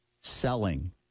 selling